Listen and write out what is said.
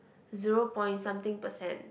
zero point something percent